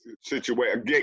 situation